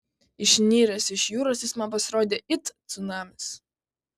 išniręs iš jūros jis man pasirodė it cunamis